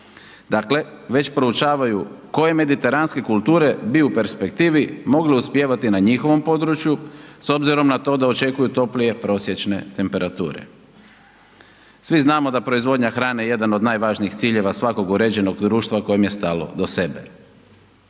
Dakle, već proučavaju koje mediteranske kulture bi u perspektivi mogle uspijevati na njihovom području s obzirom na to da očekuju toplije prosječne temperature. Svi znamo da proizvodnja hrane je jedan od najvažnijih ciljeva svakog uređenog društva kojem je stalo do sebe.